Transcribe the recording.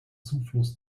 zufluss